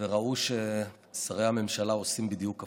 וראו ששרי הממשלה עושים בדיוק הפוך.